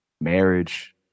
marriage